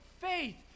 faith